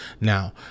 Now